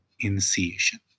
initiation